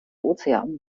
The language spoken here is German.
ozean